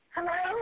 Hello